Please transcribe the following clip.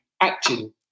acting